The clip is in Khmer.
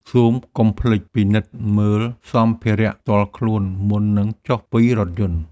សូមកុំភ្លេចពិនិត្យមើលសម្ភារៈផ្ទាល់ខ្លួនមុននឹងចុះពីរថយន្ត។